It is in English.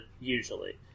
usually